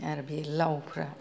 आरो बे लावफ्रा